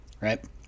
Right